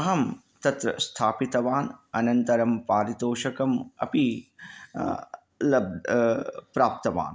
अहं तत्र स्थापितवान् अनन्तरं पारितोषिकम् अपि लब् प्राप्तवान्